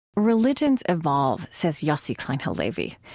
religions evolve, says yossi klein halevi.